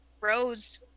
Rose